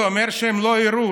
זה אומר שהם לא יראו,